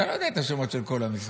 אתה לא יודע את השמות של כל המשרדים.